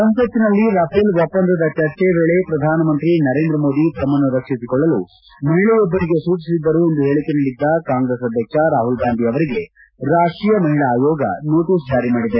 ಸಂಸತ್ತಿನಲ್ಲಿ ರಫೇಲ್ ಒಪ್ಪಂದದ ಚರ್ಚೆಯ ವೇಳೆ ಪ್ರಧಾನಮಂತ್ರಿ ನರೇಂದ್ರ ಮೋದಿ ತಮ್ನನ್ನು ರಕ್ಷಿಸಿಕೊಳ್ಳಲು ಮಹಿಳೆಯೊಬ್ಬರಿಗೆ ಸೂಚಿಸಿದ್ದರು ಎಂದು ಹೇಳಕೆ ನೀಡಿದ್ದ ಕಾಂಗ್ರೆಸ್ ಅಧ್ಯಕ್ಷ ರಾಮಲ್ ಗಾಂಧಿ ಅವರಿಗೆ ರಾಷ್ಷೀಯ ಮಹಿಳಾ ಆಯೋಗ ನೋಟಸ್ ಜಾರಿಮಾಡಿದೆ